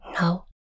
No